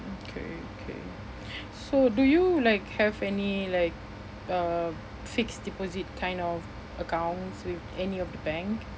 okay okay so do you like have any like uh fixed deposit kind of accounts with any of the bank